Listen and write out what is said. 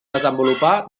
desenvolupà